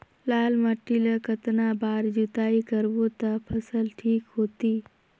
लाल माटी ला कतना बार जुताई करबो ता फसल ठीक होती?